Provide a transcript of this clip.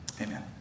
Amen